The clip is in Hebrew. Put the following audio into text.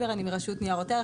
אני מרשות ניירות ערך,